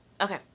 Okay